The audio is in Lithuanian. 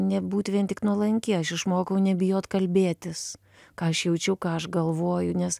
nebūt vien tik nuolanki aš išmokau nebijot kalbėtis ką aš jaučiu ką aš galvoju nes